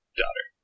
daughter